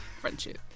Friendship